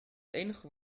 enige